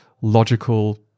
logical